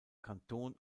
kanton